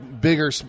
bigger